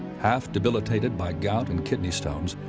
half debilitated by gout and kidney stones,